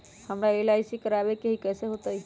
हमरा एल.आई.सी करवावे के हई कैसे होतई?